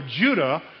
Judah